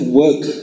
work